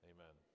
Amen